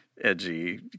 edgy